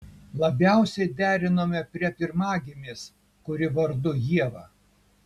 labiausiai derinome prie pirmagimės kuri vardu ieva